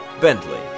Bentley